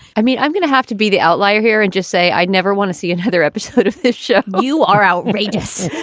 i mean, i'm going to have to be the outlier here and just say i'd never want to see another episode of this show. you are outrageous.